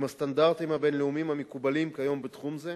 עם הסטנדרטים הבין-לאומיים המקובלים כיום בתחום זה,